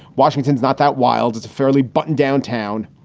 washington's not that wild. it's a fairly button downtown.